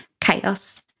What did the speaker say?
chaos